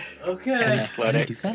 Okay